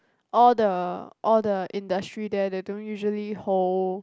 all the all the industry there they don't usually hold